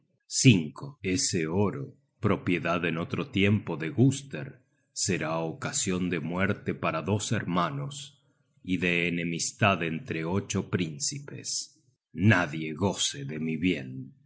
ese oro propiedad en otro tiempo de guster será ocasion de muerte para dos hermanos y de enemistad entre ocho príncipes nadie goce de mi bien